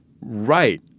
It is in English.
right